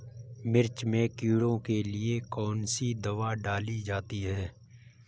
मिर्च में कीड़ों के लिए कौनसी दावा डाली जाती है?